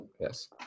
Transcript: Yes